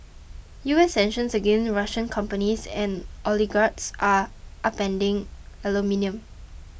U S sanctions against Russian companies and oligarchs are upending aluminium